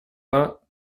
vingts